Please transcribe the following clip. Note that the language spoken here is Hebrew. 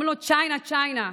אומרים לו: צ'יינה, צ'יינה,